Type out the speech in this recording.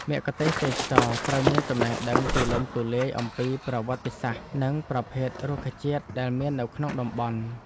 មគ្គុទ្ទេសក៍ទេសចរណ៍ត្រូវមានចំណេះដឹងទូលំទូលាយអំពីប្រវត្តិសាស្ត្រ និងប្រភេទរុក្ខជាតិដែលមាននៅក្នុងតំបន់។